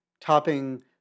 topping